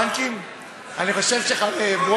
הבנקים כבר סגורים.